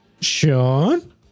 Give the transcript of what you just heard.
Sean